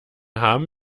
haben